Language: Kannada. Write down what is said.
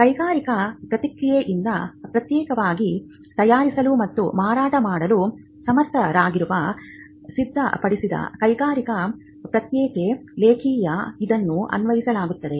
ಕೈಗಾರಿಕಾ ಪ್ರಕ್ರಿಯೆಯಿಂದ ಪ್ರತ್ಯೇಕವಾಗಿ ತಯಾರಿಸಲು ಮತ್ತು ಮಾರಾಟ ಮಾಡಲು ಸಮರ್ಥವಾಗಿರುವ ಸಿದ್ಧಪಡಿಸಿದ ಕೈಗಾರಿಕಾ ಪ್ರಕ್ರಿಯೆ ಲೇಖನ ಇದನ್ನು ಅನ್ವಯಿಸಲಾಗುತ್ತದೆ